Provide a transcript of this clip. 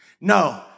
No